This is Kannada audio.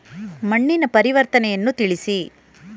ಮಣ್ಣಿನ ಪರಿವರ್ತನೆಯನ್ನು ತಿಳಿಸಿ?